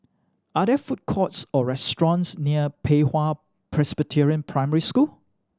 are there food courts or restaurants near Pei Hwa Presbyterian Primary School